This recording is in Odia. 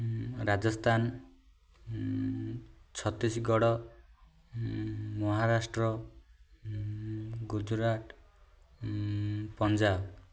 ରାଜସ୍ଥାନ ଛତିଶଗଡ଼ ମହାରାଷ୍ଟ୍ର ଗୁଜୁରାଟ ପଞ୍ଜାବ